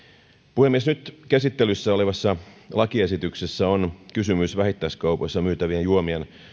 puhemies nyt käsittelyssä olevassa lakiesityksessä on kysymys vähittäiskaupoissa myytävien juomien